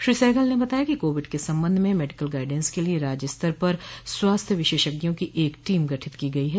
श्री सहगल ने बताया कि कोविड के संबंध में मेडिकल गाइडेंस के लिये राज्य स्तर पर स्वास्थ्य विशेषज्ञों की एक टीम गठित की गई है